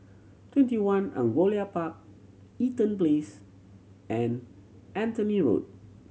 Twenty One Angullia Park Eaton Place and Anthony Road